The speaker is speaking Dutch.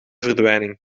verdwijning